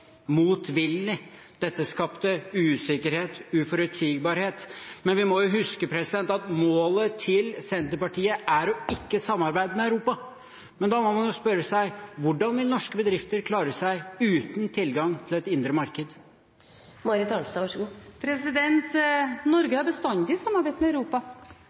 motvillig. Dette skapte usikkerhet, uforutsigbarhet. Vi må huske at målet til Senterpartiet er å ikke samarbeide med Europa. Men da må man spørre seg: Hvordan vil norske bedrifter klare seg uten tilgang til et indre marked? Norge har bestandig samarbeidet med Europa.